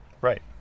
Right